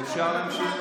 קריאה שנייה.